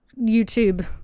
YouTube